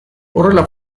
horrela